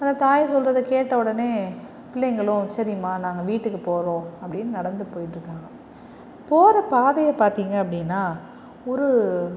அந்த தாய் சொல்றதை கேட்ட உடனே பிள்ளைங்களும் சரி மா நாங்கள் வீட்டுக்கு போகறோம் அப்படினு நடந்து போய்கிட்டுருக்காங்க போகற பாதையை பார்த்திங்க அப்படினா ஒரு